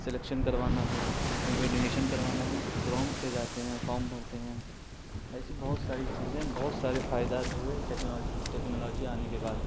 selection کروانا ہو یا کہیں ایڈمیشن کروانا ہو تو کروم پہ جاتے ہیں فارم بھرتے ہیں ایسی بہت ساری چیزیں ہیں بہت سارے فائدات ہوئے ٹیکنالوجی آنے کے بعد